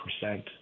percent